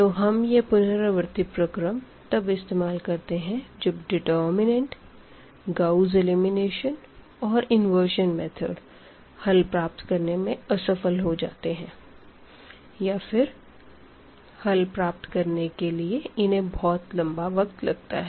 तो हम यह इट्रेटिव मेथड तब इस्तेमाल करते है जब डेटेर्मिनेंट गाउस एलिमिनेशन और इन्वर्ज़न मेथड हल प्राप्त करने में असफल हो जाते है या फिर हल प्राप्त करने के लिए इन्हें बहुत लंबा वक्त लगता है